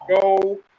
go